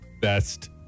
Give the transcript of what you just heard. best